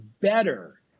better